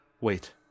Wait